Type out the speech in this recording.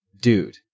dude